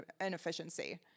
inefficiency